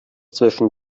zwischen